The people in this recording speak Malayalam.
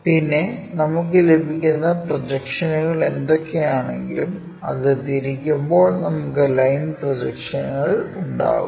പിന്നെ നമുക്ക് ലഭിക്കുന്ന പ്രൊജക്ഷനുകൾ എന്തൊക്കെയാണെങ്കിലും അത് തിരിക്കുമ്പോൾ നമുക്ക് ലൈൻ പ്രൊജക്ഷൻ ഉണ്ടാകും